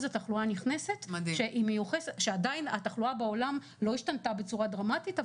התחלואה הנכנסת כשעדיין התחלואה בעולם לא השתנתה בצורה דרמטית,